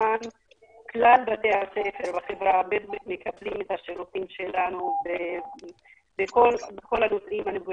כלל בתי הספר בחברה הערבית מקבלים את השירותים שלנו בכל- -- בעבודת